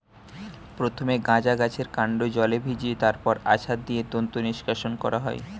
প্রথমে গাঁজা গাছের কান্ড জলে ভিজিয়ে তারপর আছাড় দিয়ে তন্তু নিষ্কাশণ করা হয়